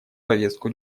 повестку